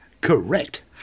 Correct